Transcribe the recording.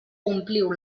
ompliu